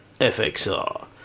FXR